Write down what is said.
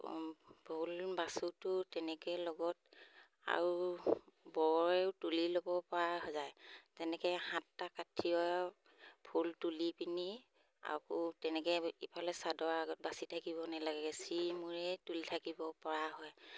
ফুল বাচোঁতেও তেনেকৈ লগত আৰু বৰেও তুলি ল'ব পৰা হৈ যায় তেনেকৈ সাতটা কাঠিৰে ফুল তুলি পিনি আকৌ তেনেকৈ ইফালে চাদৰ আগত বাচি থাকিব নেলাগে ছিমূৰে তুলি থাকিব পৰা হয়